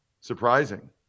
Surprising